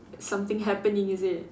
something happening is it